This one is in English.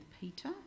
Peter